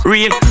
Real